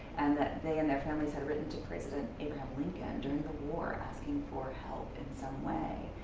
and that they and their families had written to president abraham lincoln during the war, asking for help in some way.